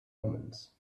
omens